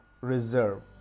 reserve